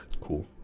cool